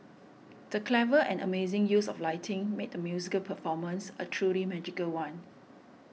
the clever and amazing use of lighting made the musical performance a truly magical one